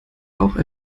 auch